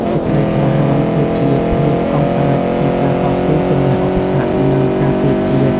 សេចក្តីក្លាហានគឺជា ភាពអង់អាចក្នុងការតស៊ូជំនះឧបសគ្គ និងការពារជាតិ។